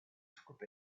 took